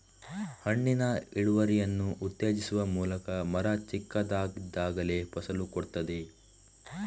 ಹಣ್ಣಿನ ಇಳುವರಿಯನ್ನು ಉತ್ತೇಜಿಸುವ ಮೂಲಕ ಮರ ಚಿಕ್ಕದಾಗಿದ್ದಾಗಲೇ ಫಸಲು ಕೊಡ್ತದೆ